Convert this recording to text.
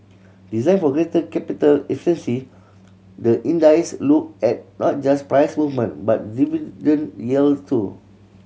designed for greater capital efficiency the look at not just price movement but dividend yield too